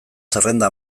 zerrenda